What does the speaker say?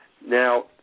Now